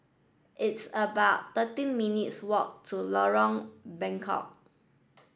it's about thirteen minutes' walk to Lorong Bengkok